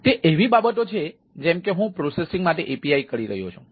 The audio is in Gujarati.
તેથી તે એવી બાબતો છે જેમ કે હું પ્રોસેસિંગ માટે API કહી રહ્યો છું